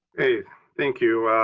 hey, thank you